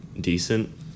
decent